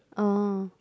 oh